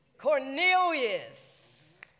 Cornelius